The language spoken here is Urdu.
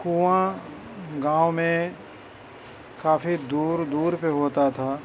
کنواں گاؤں میں کافی دور دور پہ ہوتا تھا